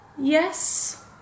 Yes